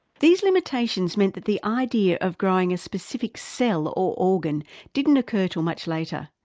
these limitations meant that the idea of growing a specific cell or organ didn't occur till much later.